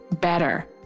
better